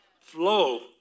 flow